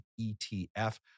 ETF